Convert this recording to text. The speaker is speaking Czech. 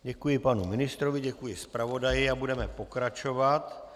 Děkuji panu ministrovi, děkuji zpravodaji a budeme pokračovat.